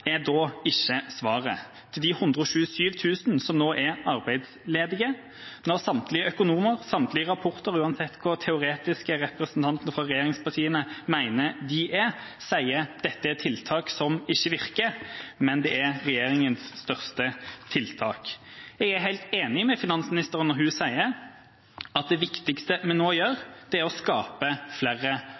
er da ikke svaret til de 127 000 som nå er arbeidsledige, når samtlige økonomer, samtlige rapporter, uansett hvor teoretiske representanten fra regjeringspartiene mener de er, sier at dette er tiltak som ikke virker. Men det er regjeringas største tiltak. Jeg er helt enig med finansministeren når hun sier at det viktigste vi nå gjør, er å skape flere